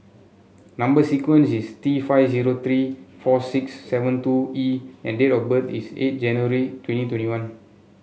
number sequence is T five zero three four six seven two E and date of birth is eight January twenty twenty one